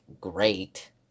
great